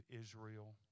Israel